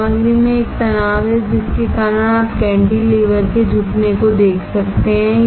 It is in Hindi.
सामग्री में एक तनाव है जिसके कारण आप कैंटीलेवर के झुकने को देख सकते हैं